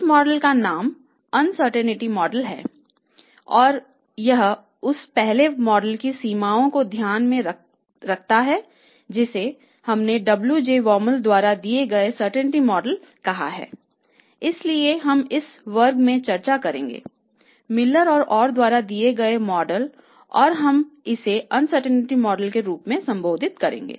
उस मॉडल का नाम अनसर्टेनिटी मॉडल के रूप में संबोधित करेंगे